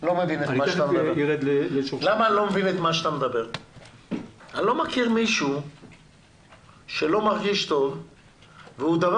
אני לא מכיר מישהו שלא מרגיש טוב ודבר